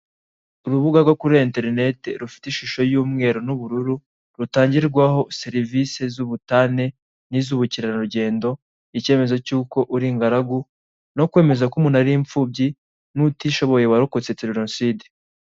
Urubuga rwo kuri enterineti rufite ishusho y'umweru n'ubururu rutangirwaho serivise z'ubutane n'iz'ubukerarugendo, icyemezo cy'uko uri ingaragu no kwemeza ko umuntu ari imfubyi, n'utishoboye warokotse jenocide.